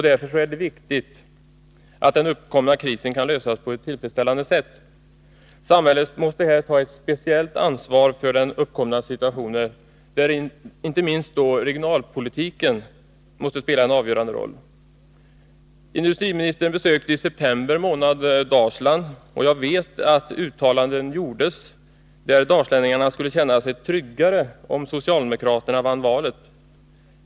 Därför är det viktigt att den uppkomna krisen kan lösas på ett tillfredsställande sätt. Samhället måste här ta ett speciellt ansvar för den uppkomna situationen, och inte minst regionalpolitiken måste spela en avgörande roll. Industriministern besökte Dalsland i september månad, och jag vet att uttalanden då gjordes om att dalslänningarna skulle kunna känna sig tryggare om socialdemokraterna vann valet.